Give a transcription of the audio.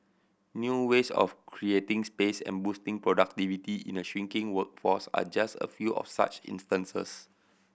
new ways of creating space and boosting productivity in a shrinking workforce are just a few of such instances